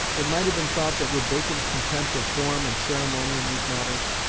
it might have been thought that with bacon's contempt of form and ceremony in these matters,